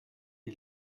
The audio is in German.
die